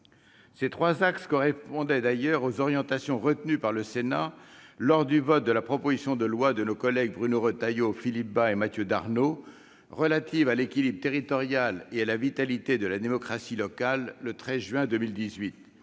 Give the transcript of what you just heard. Ces trois axes correspondaient d'ailleurs aux orientations retenues par le Sénat lors du vote, le 13 juin 2018, de la proposition de loi de nos collègues Bruno Retailleau, Philippe Bas et Mathieu Darnaud relative à l'équilibre territorial et à la vitalité de la démocratie locale, qui